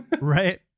Right